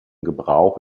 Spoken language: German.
gebrauch